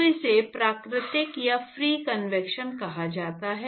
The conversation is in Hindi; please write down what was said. तो इसे प्राकृतिक या फ्री कन्वेक्शन कहा जाता है